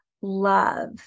love